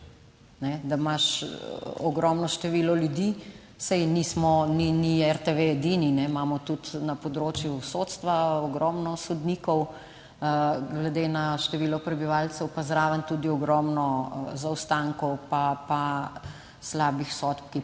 da imaš ogromno število ljudi. Saj nismo, ni RTV edini, imamo tudi na področju sodstva ogromno sodnikov glede na število prebivalcev. Pa zraven tudi ogromno zaostankov pa slabih sodb, ki